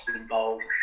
involved